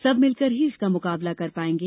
सब मिलकर ही इसका मुकाबला कर पाएंगे